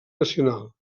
nacional